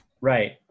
Right